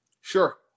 Sure